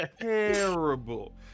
terrible